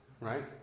right